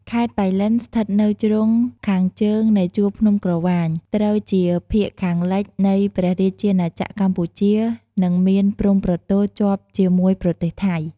ខេត្តប៉ៃលិន ស្ថិតនៅជ្រុងខាងជើងនៃជួរភ្នំក្រវាញ ត្រូវជាភាគខាងលិចនៃព្រះរាជាណាចក្រកម្ពុជា និងមានព្រំប្រទល់ជាប់ជាមួយប្រទេសថៃ។